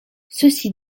ceci